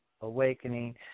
awakening